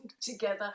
together